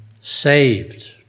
saved